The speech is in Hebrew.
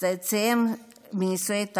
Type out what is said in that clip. צאצאים מנישואי תערובת,